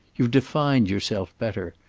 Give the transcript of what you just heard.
you've defined yourself better.